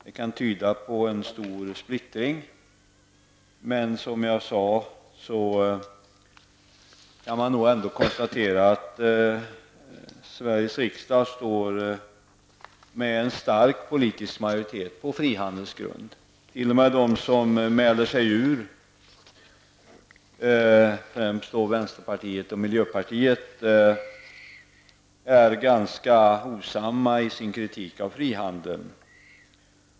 Det kan tyda på en stor splittring men, som jag sade, kan man ändå konstatera att Sveriges riksdag står med en stark politisk majoritet på frihandelns grund. T.o.m. de som mäler sig ur, främst vänsterpartiet och miljöpartiet, är ganska hovsamma i sin kritik av frihandeln.